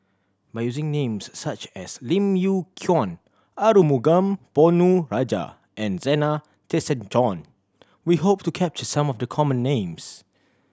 by using names such as Lim Yew Kuan Arumugam Ponnu Rajah and Zena Tessensohn we hope to capture some of the common names